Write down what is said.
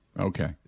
Okay